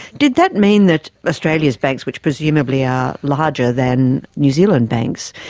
did that mean that australia's banks, which presumably are larger than new zealand banks,